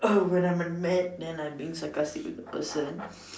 oh when I am in mad then I being sarcastic with the person